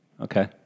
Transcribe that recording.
Okay